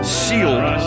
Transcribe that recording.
sealed